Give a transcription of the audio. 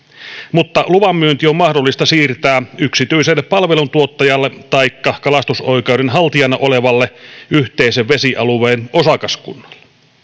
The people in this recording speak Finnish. mutta luvanmyynti on mahdollista siirtää yksityiselle palveluntuottajalle taikka kalastusoikeuden haltijana olevalle yhteisen vesialueen osakaskunnalle